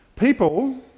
People